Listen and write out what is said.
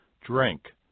drink